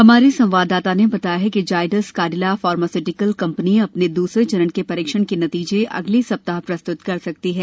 हमारे संवाददाता ने बताया है कि जायडस काडिला फार्मास्यूटिकल्स कम्पनी अपने दूसरे चरण के परीक्षण के नतीजे अगले सप्ताह प्रस्तुत कर सकती है